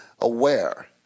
aware